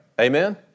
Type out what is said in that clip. Amen